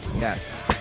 Yes